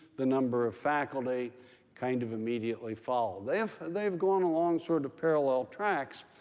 the number of faculty kind of immediately followed. they've they've gone along sort of parallel tracks,